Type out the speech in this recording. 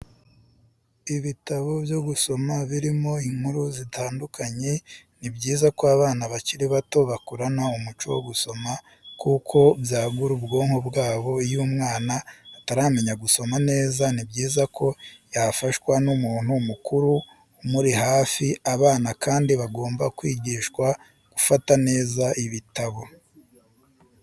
Ibitabo byo gusoma birimo inkuru zitandukanye, ni byiza ko abana bakiri bato bakurana umuco wo gusoma kuko byagura ubwonko bwabo iyo umwana ataramenya gusoma neza ni byiza ko yafashwa n'umuntu mukuru umuri hafi. abana kandi bagomba kwigishwa gufata neza ibitabo.